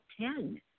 ten